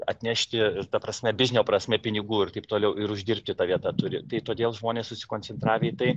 atnešti ta prasme biznio prasme pinigų ir taip toliau ir uždirbti tą vietą turi tai todėl žmonės susikoncentravę į tai